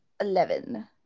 Eleven